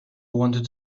wanted